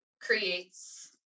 creates